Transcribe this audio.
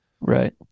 Right